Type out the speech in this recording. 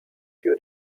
few